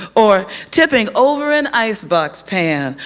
or tipping over an icebox pan,